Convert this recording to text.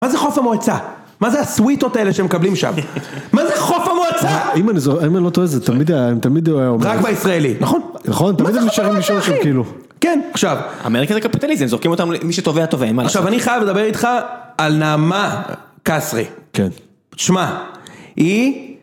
מה זה חוף המועצה? מה זה הסוויטות האלה שהם מקבלים שם? מה זה חוף המועצה? אם אני זו.. אם אני לא טועה את זה תמיד היה, הם תמיד אוהבים... רק בישראלי. נכון, נכון, מה זה חוף המועצה אחי? תמיד הם נשארים, נשאר שם כאילו... כן, עכשיו, אמריקה זה קפיטליזם, זורקים אותם, מי שטובע, טובע, אין מה לעשות. עכשיו, אני חייב לדבר איתך על נעמה קסרי. כן. תשמע, היא...